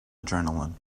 adrenaline